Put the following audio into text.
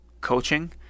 coaching